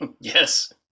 yes